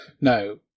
No